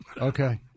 Okay